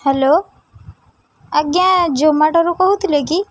hello ଆଜ୍ଞା ଜୋମାଟୋରୁ କହୁଥିଲେ କି